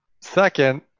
Second